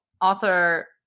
author